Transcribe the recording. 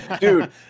Dude